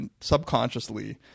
subconsciously